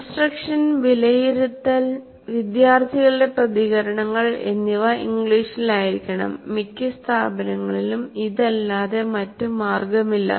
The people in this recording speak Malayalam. ഇൻസ്ട്രക്ഷൻ വിലയിരുത്തൽ വിദ്യാർത്ഥികളുടെ പ്രതികരണങ്ങൾ എന്നിവ ഇംഗ്ലീഷിലായിരിക്കണം മിക്ക സ്ഥാപനങ്ങളിലും ഇതല്ലാതെ മറ്റ് മാർഗമില്ല